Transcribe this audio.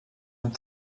amb